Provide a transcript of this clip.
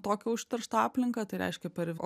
tokią užterštą aplinką tai reiškia per